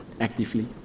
actively